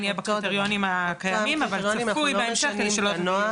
יהיה בקריטריונים הקיימים אבל צפוי בהמשך לשנות.